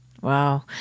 Wow